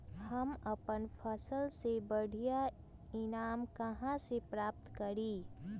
हम अपन फसल से बढ़िया ईनाम कहाँ से प्राप्त करी?